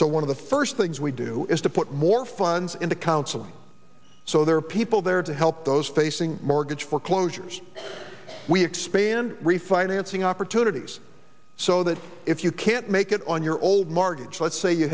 so one of the first things we do is to put more funds into counseling so there are people there to help those facing mortgage foreclosures we expand refinancing opportunities so that if you can't make it on your old markets let's say you